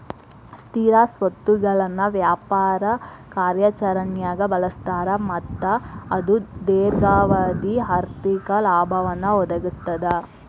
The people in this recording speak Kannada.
ಸ್ಥಿರ ಸ್ವತ್ತುಗಳನ್ನ ವ್ಯಾಪಾರ ಕಾರ್ಯಾಚರಣ್ಯಾಗ್ ಬಳಸ್ತಾರ ಮತ್ತ ಅದು ದೇರ್ಘಾವಧಿ ಆರ್ಥಿಕ ಲಾಭವನ್ನ ಒದಗಿಸ್ತದ